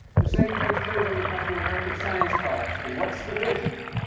the same thing is true when you come to american science policy. what's the vision?